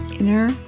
inner